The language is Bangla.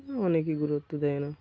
অনেকেই গুরুত্ব দেয় না